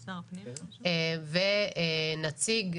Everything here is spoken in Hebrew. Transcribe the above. ונציג,